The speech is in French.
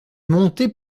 monté